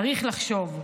צריך לחשוב: